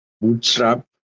bootstrap